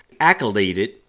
accoladed